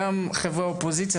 גם חברי האופוזיציה,